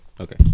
Okay